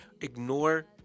ignore